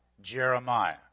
Jeremiah